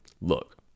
look